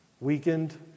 weakened